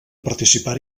participar